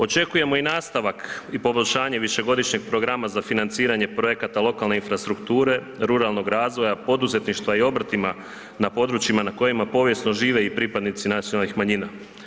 Očekujemo i nastavak i poboljšanje višegodišnjeg programa za financiranje projekata lokalne infrastrukture, ruralnog razvoja, poduzetništva i obrta na područjima na kojima povijesno žive i pripadnici nacionalnih manjina.